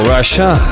Russia